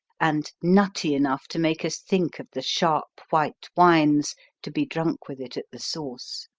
and nutty enough to make us think of the sharp white wines to be drunk with it at the source.